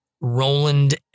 Roland